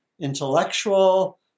intellectual